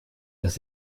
dass